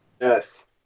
Yes